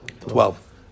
Twelve